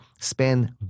spend